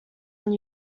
one